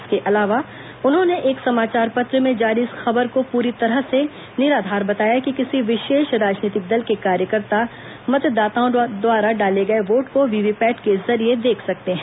इसके अलावा उन्होंने एक समाचार पत्र में जारी इस खबर को प्ररी तरह से निराधार बताया कि किसी विशेष राजनीतिक दल के कार्यकर्ता मतदाताओं द्वारा डाले गये वोट को वीवीपैट के जरिये देख सकते हैं